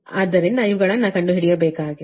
ಆದ್ದರಿಂದ ಇವುಗಳನ್ನು ಕಂಡುಹಿಡಿಯಬೇಕಾಗಿದೆ